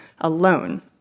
alone